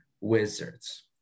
wizards